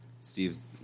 Steve's